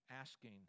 Asking